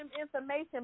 information